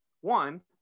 One